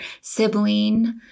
sibling